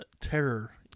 Terror